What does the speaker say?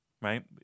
right